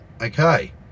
okay